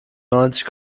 neunzig